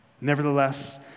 Nevertheless